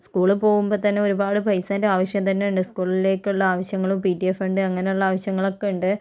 സ്കൂളിൽ പോകുമ്പോൾത്തന്നെ ഒരുപാട് പൈസേൻ്റെ ആവശ്യം തന്നെയുണ്ട് സ്കൂളിലേക്കുള്ള ആവശ്യങ്ങളും പി ടി എ ഫണ്ട് അങ്ങനെയുള്ള ആവശ്യങ്ങൾ ഒക്കെയുണ്ട്